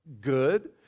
good